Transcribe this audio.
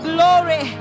Glory